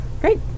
Great